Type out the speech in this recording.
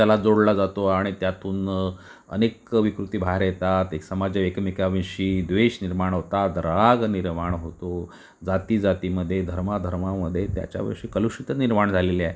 त्याला जोडला जातो आणि त्यातून अनेक विकृती बाहेर येतात एक समाज एकमेकाविषयी द्वेष निर्माण होतात राग निर्माण होतो जाती जातीमध्ये धर्मा धर्मामध्ये त्याच्याविषयी कलुषितं निर्माण झालेली आहे